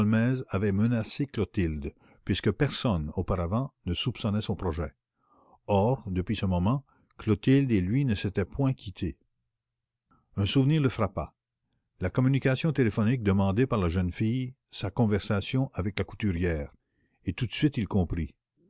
avait menacé clotilde puisque personne auparavant ne soupçonnait son projet or depuis ce moment clotilde et lui ne s'étaient point quittés un souvenir le frappa la communication téléphonique demandée par la jeune fille sa conversation avec la couturière et tout de suite il comprit